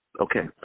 Okay